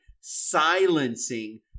silencing